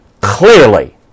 clearly